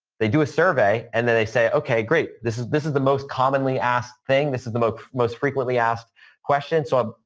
they do a survey and then they say, okay, great. this is this is the most commonly asked thing. this is the most most frequently asked question. so, um